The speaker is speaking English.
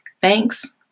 Thanks